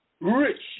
rich